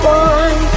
one